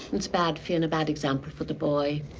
it's bad for you, and a bad example for the boy.